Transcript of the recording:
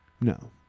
No